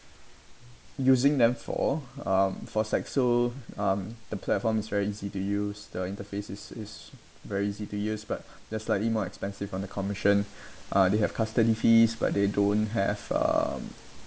using them for um for Saxo um the platform is very easy to use the interface it's very easy to use but that's slightly more expensive on the commission uh they have custody fees but they don't have um